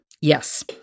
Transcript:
Yes